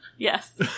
Yes